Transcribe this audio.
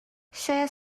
شاید